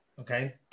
Okay